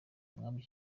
umwami